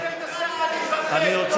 יושב-ראש הוועדה אמר שהיא לא ראויה.